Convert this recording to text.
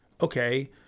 okay